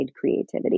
creativity